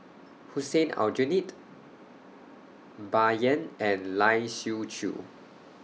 Hussein Aljunied Bai Yan and Lai Siu Chiu